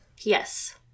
yes